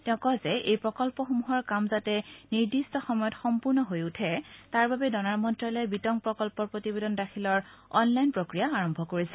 তেওঁ কয় যে এই প্ৰকল্পসমূহৰ কাম যাতে নিৰ্দিষ্ট সময়ত সম্পূৰ্ণ হৈ উঠে তাৰ বাবে ডনাৰ মন্ত্ৰালয়ে বিতং প্ৰকল্প প্ৰতিবেদন দাখিলৰ অনলাইন প্ৰক্ৰিয়া আৰম্ভ কৰিছে